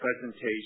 presentation